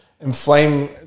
inflame